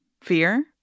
fear